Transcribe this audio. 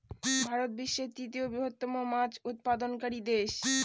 ভারত বিশ্বের তৃতীয় বৃহত্তম মাছ উৎপাদনকারী দেশ